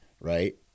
right